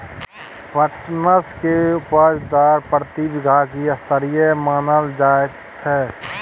पटसन के उपज दर प्रति बीघा की स्तरीय मानल जायत छै?